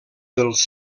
dels